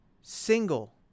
single